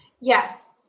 Yes